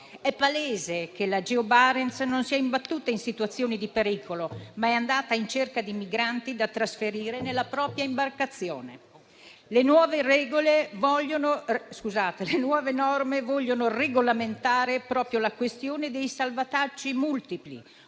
È palese che la Geo Barents non si è imbattuta in situazioni di pericolo, ma è andata in cerca di migranti da trasferire sulla propria imbarcazione. Le nuove norme vogliono regolamentare proprio la questione dei salvataggi multipli,